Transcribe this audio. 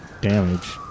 damage